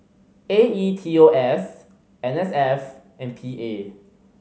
A E T O S N S F and P A